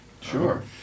sure